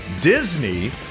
Disney